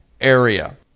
area